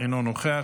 אינו נוכח,